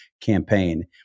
campaign